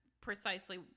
precisely